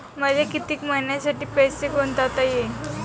मले कितीक मईन्यासाठी पैसे गुंतवता येईन?